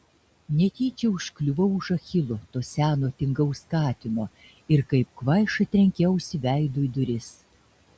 netyčia užkliuvau už achilo to seno tingaus katino ir kaip kvaiša trenkiausi veidu į duris